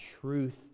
truth